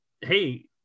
hey